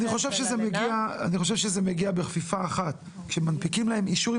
אני חושב שזה מגיע בכפיפה אחת כשמנפיקים להם אישור,